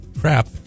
crap